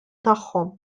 tagħhom